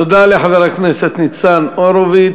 תודה לחבר הכנסת ניצן הורוביץ.